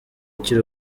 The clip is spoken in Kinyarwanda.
akiri